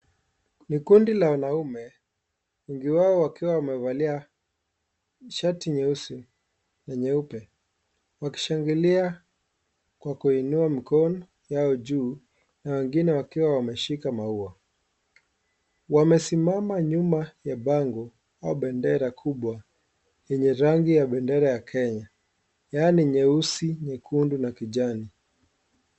Ni kundi la wanaume wengi wao wakiwa wamevalia shati nyeusi na nyeupe wakishangilia kwa kuinua mikono ya juu na wengine wakiwa wameshika maua wamesimama nyuma ya bango au bendera kubwa yenye rangi ya bendera ya Kenya yaani nyeusi, nyekundu na kijani.